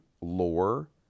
lore